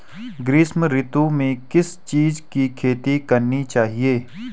ग्रीष्म ऋतु में किस चीज़ की खेती करनी चाहिये?